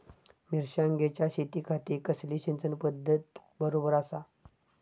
मिर्षागेंच्या शेतीखाती कसली सिंचन पध्दत बरोबर आसा?